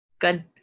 Good